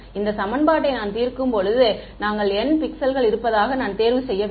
இந்த சமன்பாட்டை நான் தீர்க்கும்போது நாங்கள் n பிக்சல்கள் இருப்பதாக நான் தேர்வு செய்ய வேண்டும்